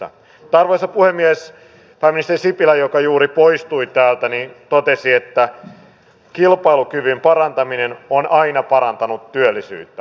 mutta arvoisa puhemies pääministeri sipilä joka juuri poistui täältä totesi että kilpailukyvyn parantaminen on aina parantanut työllisyyttä